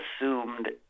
assumed